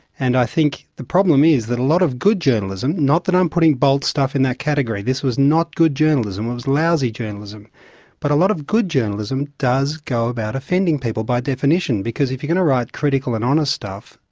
and i think the problem is that a lot of good journalism not that i'm putting bolt's stuff in that category, this was not good journalism, it was lousy journalism but a lot of good journalism does go about offending people by definition. because if you're going to write critical and honest stuff,